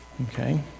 Okay